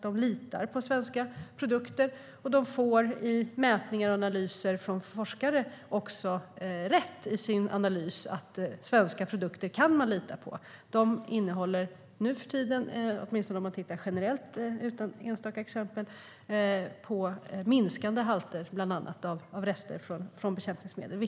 De litar på svenska produkter, och i mätningar och analyser får de också rätt av forskare i sin analys att man kan lita på svenska produkter. Svenska produkter innehåller nu för tiden - åtminstone generellt och inte till enstaka exempel sett - minskande halter av bland annat rester från bekämpningsmedel.